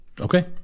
Okay